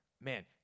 man